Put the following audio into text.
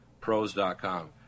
pros.com